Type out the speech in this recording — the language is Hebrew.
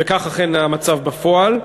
וכך אכן המצב בפועל.